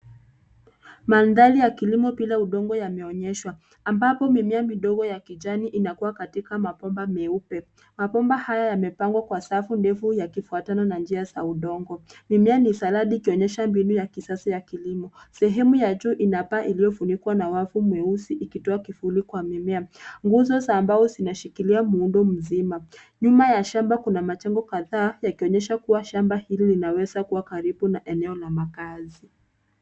Mandhari ya kilimo bila udongo yameonyeshwa ambapo mimea midogo ya kijani inakua katika mabomba meupe. Mabomba haya yamepangwa kwa safu ndefu yakifuatana na njia za udongo. Mimea ni saladi ikionyesha mbinu ya kisasa ya kilimo. Sehemu ya juu ina paa iliyofunikwa na wavu ikitoa kivuli kwa mimea. Nguzo za mbao zinashikilia muundo mzima. Nyuma ya shamba kuna majego kadhaa yakionyesha kuwa shamba hili linawezakua karibu na makazi.